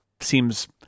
seems